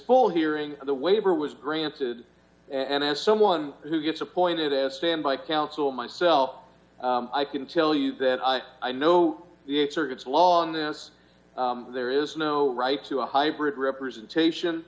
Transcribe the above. full hearing the waiver was granted and as someone who gets appointed as standby counsel myself i can tell you that i i know the circuits law on this there is no right to a hybrid representation